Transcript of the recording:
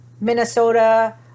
Minnesota